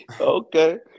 Okay